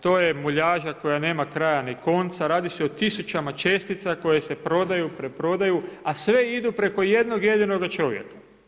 To je muljaža koja nema kraja ni konca, radi se o tisućama čestica koje se prodaju, preprodaju, a sve idu preko jednog jedinoga čovjeka.